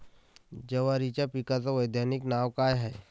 जवारीच्या पिकाचं वैधानिक नाव का हाये?